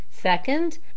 second